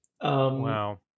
Wow